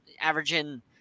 averaging